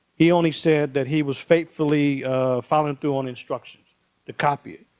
he only said that he was faithfully following through on instructions to copy it.